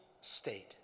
state